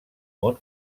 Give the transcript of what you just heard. món